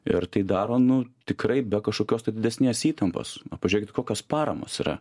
ir tai daro nu tikrai be kažkokios tai didesnės įtampos pažiūrėkit kokios paramos yra